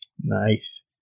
Nice